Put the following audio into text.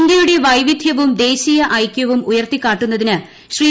ഇന്ത്യയുടെ വൈവിധ്യവും ദേശീയ ഐകൃവും ഉയർത്തിക്കാട്ടുന്നതിന് ശ്രീ